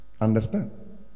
understand